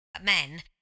men